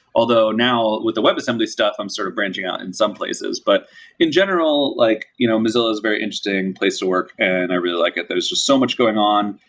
although now with the webassembly stuff, i'm sort of branching out in some places. but in general, like you know mozilla is very interesting place to work and i really like it. there's just so much going on,